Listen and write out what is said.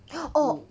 oh